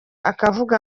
akavuga